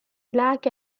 black